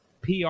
PR